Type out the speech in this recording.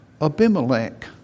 Abimelech